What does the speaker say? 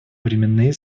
временные